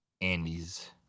Andy's